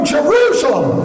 Jerusalem